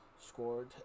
scored